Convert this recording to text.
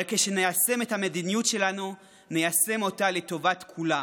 אבל כשניישם את המדיניות שלנו ניישם אותה לטובת כולם.